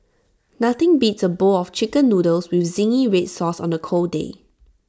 nothing beats A bowl of Chicken Noodles with Zingy Red Sauce on the cold day